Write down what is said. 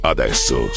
Adesso